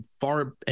far